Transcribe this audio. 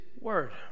word